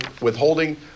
withholding